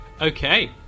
Okay